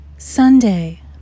Sunday